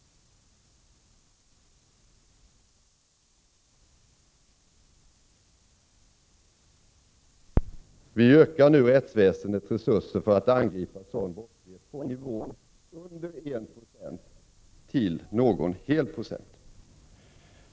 Vi ökar nu rättsväsendets resurser för att angripa sådan brottslighet från nivån under 1 9; till någon hel procent.